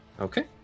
okay